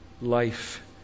life